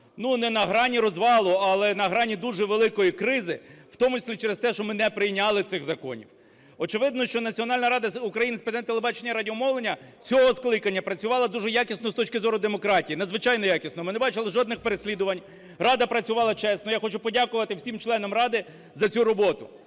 ну, не награні розвалу, але награні дуже великої кризи, в тому числі через те, що ми не прийняли цих законів. Очевидно, що Національна рада України з питань телебачення і радіомовлення цього скликання працювала дуже якісно з точки зору демократії. Надзвичайно якісно. Ми не бачили жодних переслідувань. Рада працювала чесно. Я хочу подякувати всім членам ради за цю роботу.